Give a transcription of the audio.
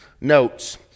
notes